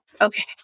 okay